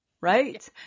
right